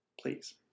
please